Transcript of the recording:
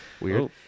Weird